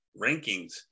rankings